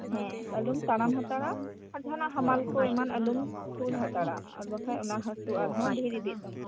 ᱦᱮᱸ ᱟᱞᱚᱢ ᱛᱟᱲᱟᱢ ᱦᱟᱛᱟᱲᱟ ᱟᱨ ᱡᱟᱦᱟᱱᱟᱜ ᱦᱟᱢᱟᱞ ᱠᱚ ᱮᱢᱟᱱ ᱠᱚ ᱟᱞᱚᱢ ᱛᱩᱞ ᱦᱟᱛᱟᱲᱟ ᱟᱨ ᱵᱟᱠᱷᱟᱱ ᱚᱱᱟ ᱦᱟᱥᱩ ᱟᱨ ᱦᱚᱸ ᱰᱷᱮᱨ ᱤᱫᱤᱜ ᱛᱟᱢᱟ